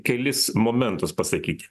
kelis momentus pasakyti